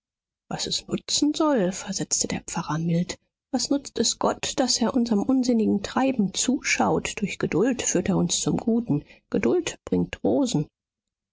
was es nutzen soll versetzte der pfarrer mild was nutzt es gott daß er unserm unsinnigen treiben zuschaut durch geduld führt er uns zum guten geduld